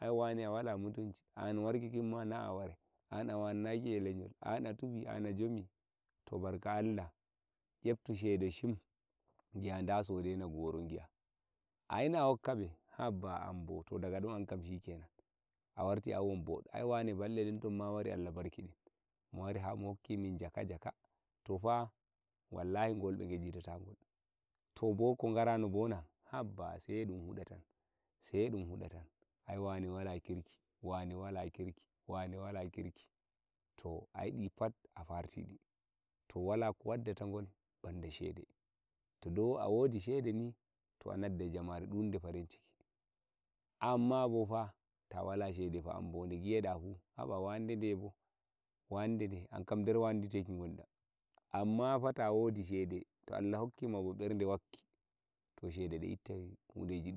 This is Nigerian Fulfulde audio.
Ai wane wala mutunci an warki kimma na a warai a wanna ki a leyol e on a tufi ah jomtiri to barka Allah yettu shede shim gi a der sodene goro giya ayina a hokkabe haba ambo to daga don ankam shikenan a warti an wani boddo balde den tonma wane wari mowi hamo mo hokkimin jaka jaka to fa wallahi ɓe gejji tatagol to bo ko gara nobona sai edun huɗa tan wane wari wala wone wala kirki to ai di pat a farti ɗi to ai wala ko wala ko wadda takel ban da shede anazzai jamare dunde farinciki amma bofa ta wala shede an bo de giyeɗa fu wandedebo kullum a don der wanditeki gondar ammabofa to wodi shede Allah rokuma berde hudeji